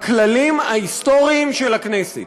הכללים ההיסטוריים של הכנסת.